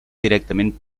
directament